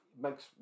makes